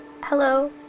Hello